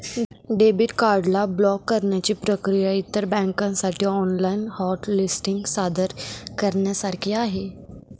debit card ला block करण्याची प्रक्रिया इतर बँकांसाठी ऑनलाइन हॉट लिस्टिंग सादर करण्यासारखी आहे